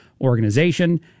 organization